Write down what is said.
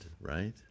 right